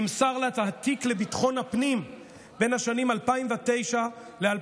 נמסר לה התיק לביטחון הפנים בין השנים 2009 ו-2015,